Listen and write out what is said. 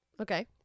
Okay